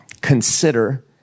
Consider